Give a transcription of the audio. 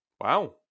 wow